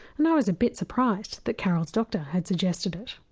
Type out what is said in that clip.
and i was a bit surprised that carole's doctor had suggested it,